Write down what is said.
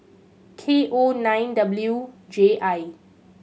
K O nine W J I